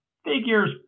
Figures